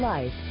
Life